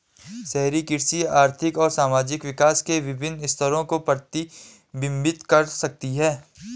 शहरी कृषि आर्थिक और सामाजिक विकास के विभिन्न स्तरों को प्रतिबिंबित कर सकती है